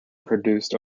produced